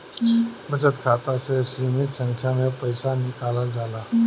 बचत खाता से सीमित संख्या में पईसा निकालल जाला